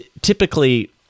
typically